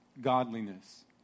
godliness